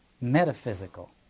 metaphysical